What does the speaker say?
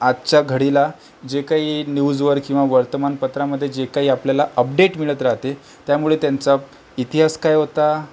आजच्या घडीला जे काही न्यूजवर किंवा वर्तमानपत्रामध्ये जे काही आपल्याला अपडेट मिळत राहते त्यामुळे त्यांचा इतिहास काय होता